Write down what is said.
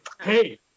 Hey